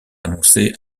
annoncé